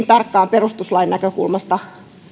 perustuslain näkökulmasta